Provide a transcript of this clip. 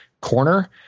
corner